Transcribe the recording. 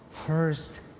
First